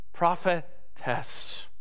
Prophetess